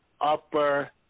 Upper